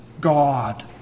God